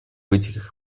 этих